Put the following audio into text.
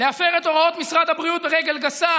להפר את הוראות משרד הבריאות ברגל גסה,